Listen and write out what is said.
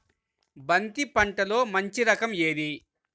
బంతి పంటలో మంచి రకం ఏది?